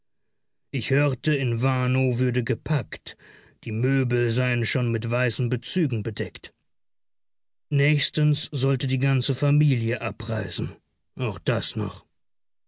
ich hörte in warnow würde gepackt die möbel seien schon mit weißen bezügen bedeckt nächstens sollte die ganze familie abreisen auch das noch